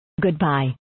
Goodbye